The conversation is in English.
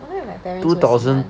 I wonder if my parents will 喜欢